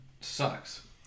Sucks